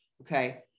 Okay